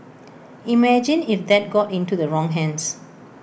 imagine if that got into the wrong hands